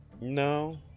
No